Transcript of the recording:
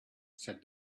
said